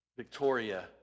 Victoria